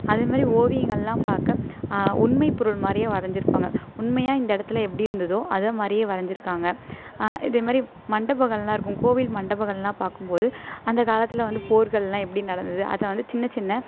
அதே மாதிரி ஓவியங்களெலாம் பார்க்க உண்மைப் பொருள் மாதிரியே வரைஞ்சிருப்பாங்க உண்மையாக இந்த இடத்துல எப்படி இருந்ததோ அதை மாதிரியே வரைஞ்சிருக்காங்க இதே மாதிரி மண்டபங்கள்லாம் இருக்கும் கோவில் மண்டபங்கள்லாம் பார்க்கும் போது அந்த காலத்தில் வந்து போர்களெலாம் எப்படி நடந்தது அதை வந்து சின்ன சின்ன